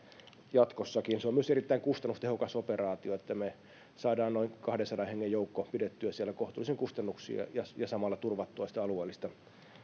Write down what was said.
jatkossakin se on myös erittäin kustannustehokas operaatio että me saamme noin kahdensadan hengen joukon pidettyä siellä kohtuullisin kustannuksin ja samalla turvattua sitä alueellista